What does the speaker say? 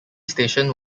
station